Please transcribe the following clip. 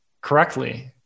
correctly